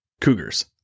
cougars